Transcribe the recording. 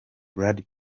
brad